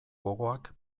gogoak